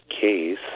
case